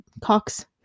Cox